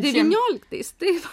devynioliktais taip